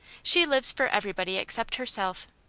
she lives for everybody except herself.